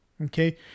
Okay